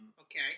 okay